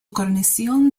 guarnición